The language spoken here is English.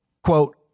Quote